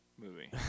movie